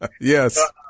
Yes